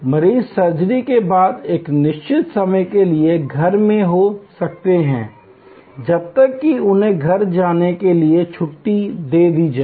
मरीज सर्जरी के बाद एक निश्चित समय के लिए घर में हो सकते हैं जब तक कि उन्हें घर जाने के लिए छुट्टी दे दी जाए